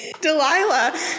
Delilah